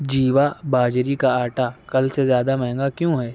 جیوا باجری کا آٹا کل سے زیادہ مہنگا کیوں ہے